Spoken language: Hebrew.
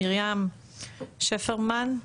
מרים שפרמן,